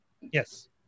yes